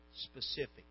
specific